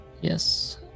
Yes